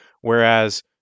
Whereas